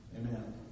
Amen